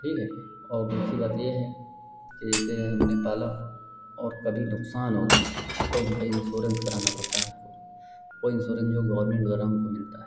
ठीक है और दूसरी बात यह है कि जैसे हमने पाला और कभी नुकसान हो गया मेरा तो उनका इन्श्योरेन्स कराना पड़ता है वह इन्श्योरेन्स हमें गवर्नमेन्ट द्वारा हमको मिलता है